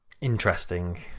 Interesting